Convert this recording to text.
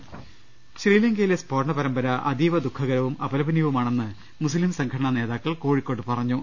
ൃ ശ്രീലങ്കയിലെ സ്ഫോടന പരമ്പര അതീവ ദുഖകരവും അപല പനീയവുമാണെന്ന് മുസ്ലീം സംഘടന നേതാക്കൾ കോഴിക്കോട്ട് പറ ഞ്ഞു